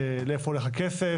לאיפה הולך הכסף,